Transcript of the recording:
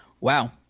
Wow